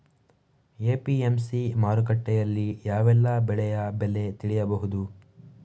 APMC ಮಾರುಕಟ್ಟೆಯಲ್ಲಿ ಯಾವೆಲ್ಲಾ ಬೆಳೆಯ ಬೆಲೆ ತಿಳಿಬಹುದು?